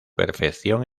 perfección